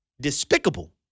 despicable